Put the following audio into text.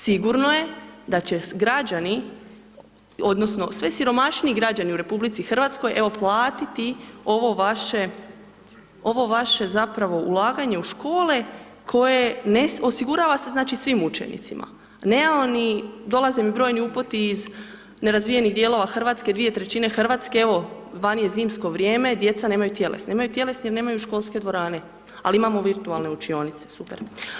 Sigurno je da će građani odnosno sve siromašniji građani u RH evo platiti ovo vaše zapravo ulaganje u škole koje, ne osigurava se, znači, svim učenicima, nemamo ni, dolaze mi brojni upiti iz nerazvijenih dijelova RH, 2/3 RH, evo, vani je zimsko vrijeme, djeca nemaju tjelesni, nemaju tjelesni jer nemaju školske dvorane, ali imamo virtualne učionice, super.